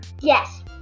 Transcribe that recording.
Yes